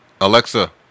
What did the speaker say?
Alexa